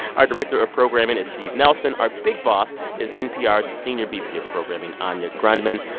our director of programming is steve nelson. our big boss is npr's senior vp of programming anya grundmann.